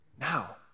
Now